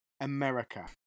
America